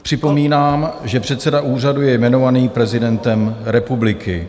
Připomínám, že předseda úřadu je jmenován prezidentem republiky.